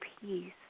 peace